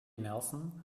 nelson